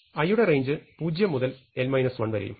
i യുടെ range 0 മുതൽ n 1 വരെയും